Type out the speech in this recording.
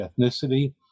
ethnicity